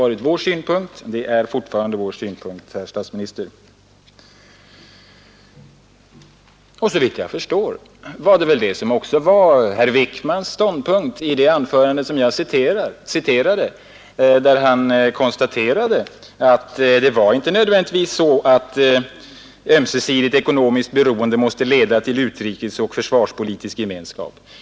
Det har varit och är alltjämt vår strävan, herr statsminister! Såvitt jag förstår var väl detta också herr Wickmans ståndpunkt i det anförande som jag citerade, där herr Wickman konstaterade att det inte nödvändigtvis var på det sättet att ömsesidigt ekonomiskt beroende måste leda till utrikespolitisk och försvarspolitisk gemenskap.